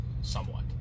somewhat